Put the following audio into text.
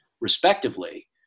respectively